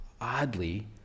oddly